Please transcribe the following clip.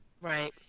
Right